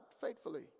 faithfully